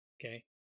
okay